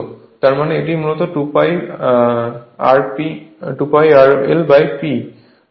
তার মানে এটি মূলত 2 π rlP যা সারফেস এরিয়া পার পোল হবে